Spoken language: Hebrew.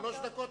שלוש דקות.